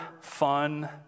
fun